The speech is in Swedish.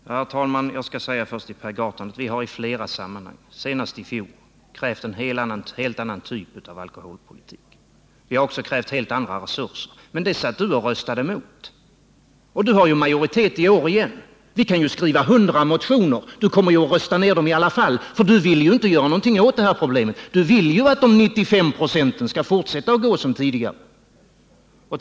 Herr talman! Jag vill först säga till Per Gahrton att vi i flera sammanhang, senast i fjol, har krävt en helt annan typ av alkoholpolitik och också att helt andra resurser skall ges till denna. Men det röstade Per Gahrton emot, och han har majoriteten bakom sig också i år. Vi kunde skriva 100 motioner i frågan — Per Gahrton kommer ändå att rösta ned dem. Han vill ju inte göra något åt detta problemkomplex utan vill att de 95 26 av de drogberoende som inte får någon vård skall ha oförändrade förhållanden.